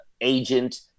Agent